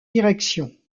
direction